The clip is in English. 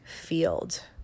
field